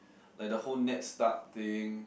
like the whole ned stark thing